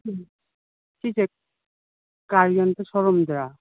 ꯁꯤꯁꯦ ꯀꯥꯔ ꯌꯣꯟꯕ ꯁꯣ ꯔꯨꯝꯗꯨꯔꯥ